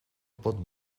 pot